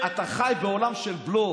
אתה חי בעולם של בלוף,